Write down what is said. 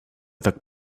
tak